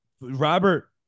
Robert –